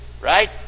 Right